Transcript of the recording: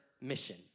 mission